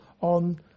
on